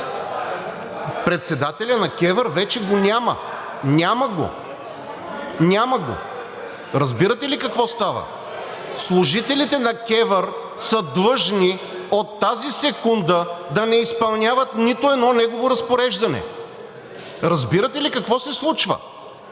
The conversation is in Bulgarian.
Председателят на КЕВР вече го няма. Няма го! Няма го! Разбирате ли какво става? (Шум и реплики.) Служителите на КЕВР са длъжни от тази секунда да не изпълняват нито едно негово разпореждане. Разбирате ли какво се случва?